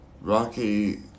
Rocky